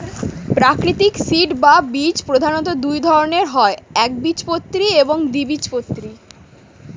প্রাকৃতিক সিড বা বীজ প্রধানত দুই ধরনের হয় একবীজপত্রী এবং দ্বিবীজপত্রী